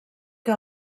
que